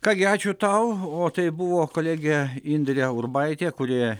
ką gi ačiū tau o tai buvo kolegė indrė urbaitė kuri